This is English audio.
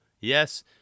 yes